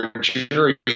jury